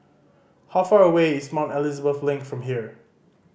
how far away is Mount Elizabeth Link from here